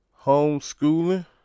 homeschooling